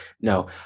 no